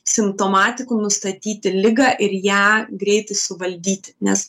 simptomatikų nustatyti ligą ir ją greitai suvaldyti nes